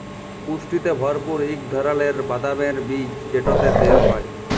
পুষ্টিতে ভরপুর ইক ধারালের বাদামের বীজ যেটতে তেল হ্যয়